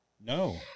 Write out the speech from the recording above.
No